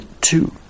two